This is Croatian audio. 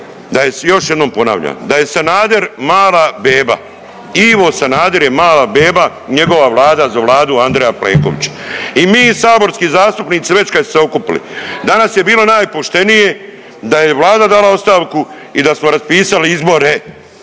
ovdje, još jednom ponavljam da je Sanader mala beba. Ivo Sanader je mala beba, njegova vlada za Vladu Andreja Plenkovića. I mi saborski zastupnici već kad su se okupili danas je bilo najpoštenije da je Vlada dala ostavku i da smo raspisali izbore,